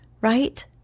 right